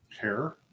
Hair